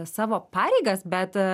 savo pareigas bet